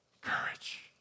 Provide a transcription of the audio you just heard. courage